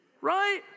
Right